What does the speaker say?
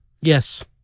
Yes